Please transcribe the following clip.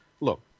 look